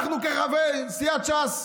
אנחנו, חברי סיעת ש"ס,